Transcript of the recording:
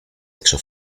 έξω